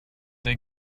they